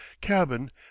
cabin